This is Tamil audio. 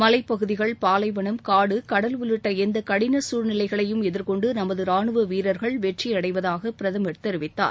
மலைப்பகுதிகள் பாலைவனம் காடு கடல் உள்ளிட்ட எந்த கடின சூழ்நிலைளையும் எதிர்கொண்டு நமது ராணுவ வீரர்கள் வெற்றியடைவதாக பிரதமர் தெரிவித்தார்